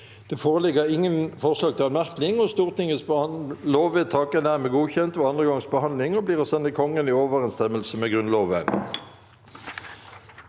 Det foreligger ingen forslag til anmerkning. Stortingets lovvedtak er dermed godkjent ved andre gangs behandling og blir å sende Kongen i overenstemmelse med Grunnloven.